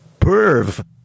perv